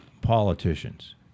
politicians